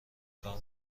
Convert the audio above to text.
کار